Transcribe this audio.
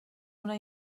una